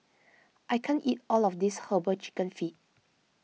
I can't eat all of this Herbal Chicken Feet